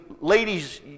ladies